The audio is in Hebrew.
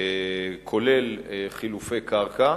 כולל חילופי קרקע,